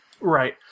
Right